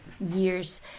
years